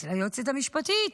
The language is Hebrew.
אצל היועצת המשפטית.